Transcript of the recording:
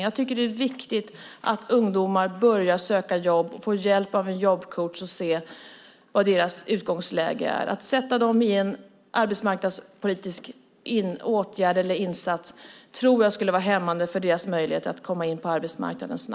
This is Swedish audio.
Jag tycker att det är viktigt att ungdomar börjar söka jobb och får hjälp av en jobbcoach att se vad deras utgångsläge är. Att sätta dem i en arbetsmarknadspolitisk åtgärd eller insats tror jag skulle vara hämmande för deras möjligheter att snabbt komma in på arbetsmarknaden.